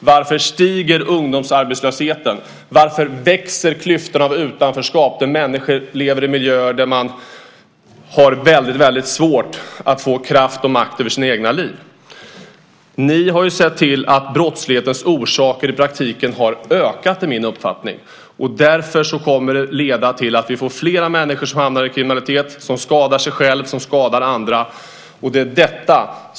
Varför stiger ungdomsarbetslösheten? Varför växer klyftorna av utanförskap där människor lever i miljöer där man har väldigt svårt att få kraft och makt över sina egna liv? Ni har ju sett till att brottslighetens orsaker i praktiken har ökat, enligt min uppfattning. Därför kommer det att leda till att vi får fler människor som hamnar i kriminalitet och som skadar sig själva och som skadar andra.